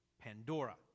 Pandora